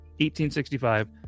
1865